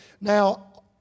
Now